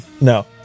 No